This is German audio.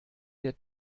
der